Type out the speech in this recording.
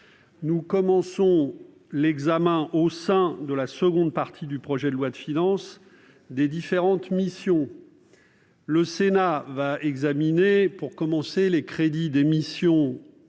Nous commençons l'examen, au sein de la seconde partie du projet de loi de finances, des différentes missions. Le Sénat va examiner les crédits des missions « Plan